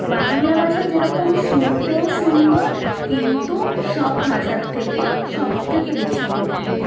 বাংলা ভাষা যেরকম শুনতেও সুন্দর কিন্তু সব ভাষার থেকে সবথেকে বেশি কঠিন